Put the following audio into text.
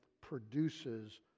produces